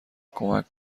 کمک